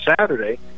Saturday